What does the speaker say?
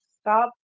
Stop